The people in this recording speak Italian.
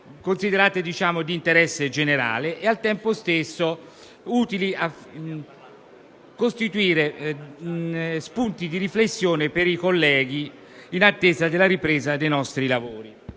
considerate di interesse generale e, al tempo stesso, utili a costituire spunti di riflessione per i colleghi in attesa della ripresa dei nostri lavori.